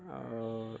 आओर